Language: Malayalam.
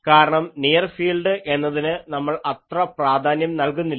കാരണം നിയർ ഫീൽഡ് എന്നതിന് നമ്മൾ അത്ര പ്രാധാന്യം നൽകുന്നില്ല